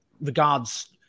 regards